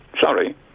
Sorry